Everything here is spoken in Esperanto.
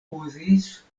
uzis